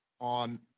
on